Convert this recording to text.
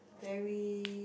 very